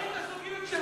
זה ברית הזוגיות שלך,